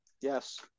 Yes